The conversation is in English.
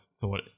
thought